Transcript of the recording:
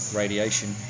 radiation